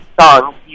songs